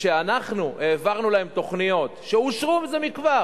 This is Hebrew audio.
ואנחנו העברנו להם תוכניות שאושרו זה מכבר